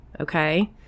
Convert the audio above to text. Okay